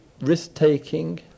risk-taking